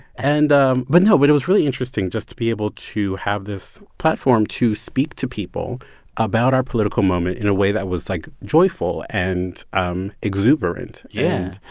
and um but no, but it was really interesting just to be able to have this platform to speak to people about our political moment in a way that was, like, joyful and um exuberant and. yeah.